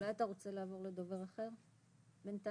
אתה רוצה לעבור לדובר אחר בינתיים?